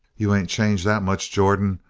you ain't changed that much, jordan.